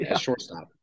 shortstop